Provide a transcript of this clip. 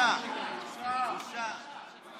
הכנסת מאיר יצחק הלוי להצהרת אמונים.